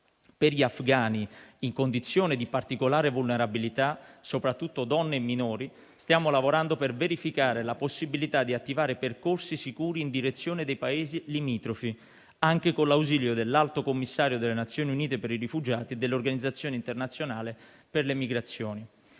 Per gli afghani in condizione di particolare vulnerabilità, soprattutto donne e minori, stiamo lavorando per verificare la possibilità di attivare percorsi sicuri in direzione dei Paesi limitrofi, anche con l'ausilio dell'Alto commissario delle Nazioni Unite per i rifugiati e dell'Organizzazione internazionale per le migrazioni.